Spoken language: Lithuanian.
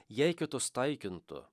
jei kitus taikintų